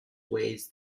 weighs